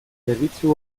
zerbitzu